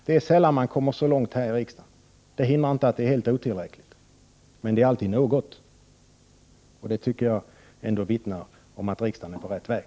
Det är sällan man kommer så långt här i riksdagen. Det hindrar inte att detta är helt otillräckligt. Men det är alltid något, och det tycker jag ändå vittnar om att riksdagen är på rätt väg.